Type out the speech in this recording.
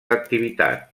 activitat